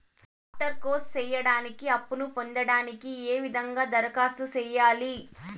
Doctor course సేయడానికి అప్పును పొందడానికి ఏ విధంగా దరఖాస్తు సేయాలి?